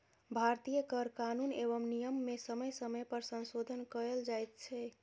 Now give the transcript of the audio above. भारतीय कर कानून एवं नियम मे समय समय पर संशोधन कयल जाइत छै